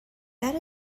that